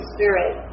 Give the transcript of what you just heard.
Spirit